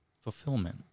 fulfillment